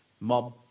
mob